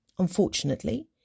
Unfortunately